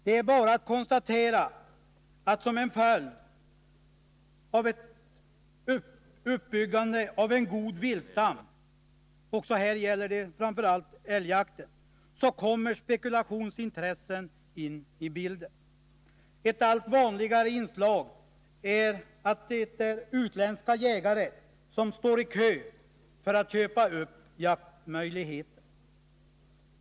Det är bara att konstatera att som en följd av ett uppbyggande av en god viltstam — också här gäller det framför allt älgjakten — kommer spekulationsintressen in i bilden. Ett allt vanligare inslag är att utländska jägare står i kö för att köpa upp jaktmöjligheter.